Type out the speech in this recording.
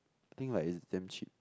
I think like is damn cheap